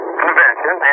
convention